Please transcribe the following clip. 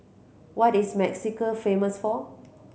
what is Mexico famous for